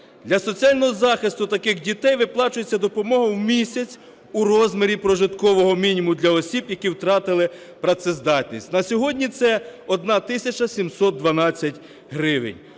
Для соціального захисту таких дітей виплачується допомога в місяць в розмірі прожиткового мінімуму для осіб, які втратили працездатність, на сьогодні це 1 тисяча 712 гривень.